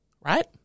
Right